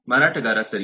ಮಾರಾಟಗಾರ ಸರಿ